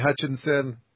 Hutchinson